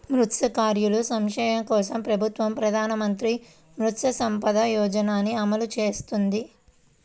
మత్స్యకారుల సంక్షేమం కోసం ప్రభుత్వం ప్రధాన మంత్రి మత్స్య సంపద యోజనని అమలు చేస్తోంది